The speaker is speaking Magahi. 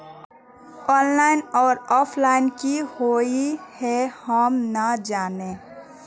ऑनलाइन आर ऑफलाइन की हुई है हम ना जाने?